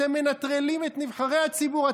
אתם מנטרלים את נבחרי הציבור.